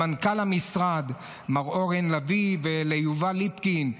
למנכ"ל המשרד מר אורן לביא וליובל ליפקין,